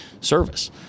service